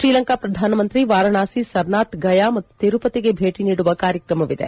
ಶ್ರೀಲಂಕಾ ಪ್ರಧಾನಮಂತ್ರಿ ವಾರಾಣಸಿ ಸರ್ನಾಥ್ ಗಯಾ ಮತ್ತು ತಿರುಪತಿಗೆ ಭೇಟಿ ನೀಡುವ ಕಾರ್ಯಕ್ರಮವಿದೆ